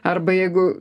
arba jeigu